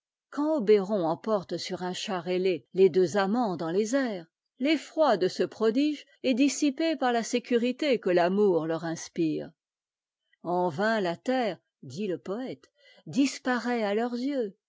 quand obéron emporte sur un char ailé les deux amants dans les airs l'effroi de ce prodige est dissipé par la sécurité que l'amour leur inspire en vain la terre dit le poëte disparaît à leurs yeux